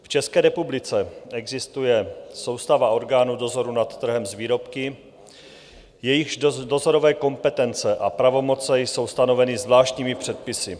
V České republice existuje soustava orgánů dozoru nad trhem s výrobky, jejichž dozorové kompetence a pravomoce jsou stanoveny zvláštními předpisy.